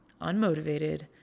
unmotivated